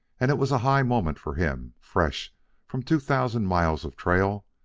and it was a high moment for him, fresh from two thousand miles of trail,